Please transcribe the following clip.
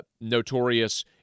notorious